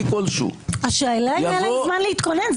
כלשהו יבוא --- השאלה אם היה להם זמן להתכונן.